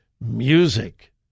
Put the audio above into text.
music